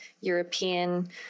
European